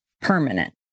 permanent